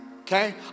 okay